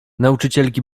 nauczycielki